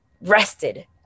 rested